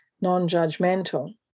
non-judgmental